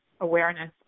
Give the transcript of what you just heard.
awareness